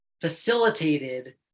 facilitated